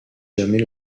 jamais